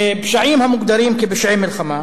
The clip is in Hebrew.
פשעים המוגדרים כפשעי מלחמה,